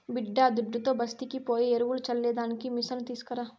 బిడ్డాదుడ్డుతో బస్తీకి పోయి ఎరువులు చల్లే దానికి మిసను తీస్కరా